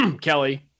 Kelly